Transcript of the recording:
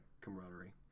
camaraderie